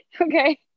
Okay